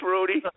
Rudy